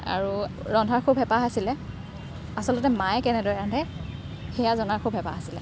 আৰু ৰন্ধাৰ খুব হেঁপাহ আছিলে আচলতে মায়ে কেনেদৰে ৰান্ধে সেয়া জনাৰ খুব হেঁপাহ আছিলে